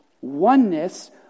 oneness